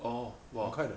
orh !wah!